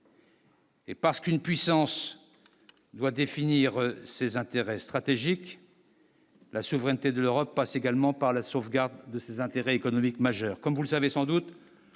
Et parce qu'une puissance doit définir ses intérêts stratégiques. La souveraineté de l'Europe passe également par la sauvegarde de ses intérêts économiques majeurs